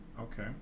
okay